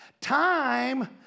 Time